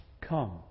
come